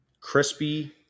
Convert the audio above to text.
Crispy